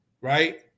right